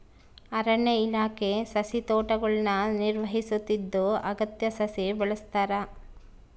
ಅರಣ್ಯ ಇಲಾಖೆ ಸಸಿತೋಟಗುಳ್ನ ನಿರ್ವಹಿಸುತ್ತಿದ್ದು ಅಗತ್ಯ ಸಸಿ ಬೆಳೆಸ್ತಾರ